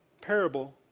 parable